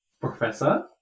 Professor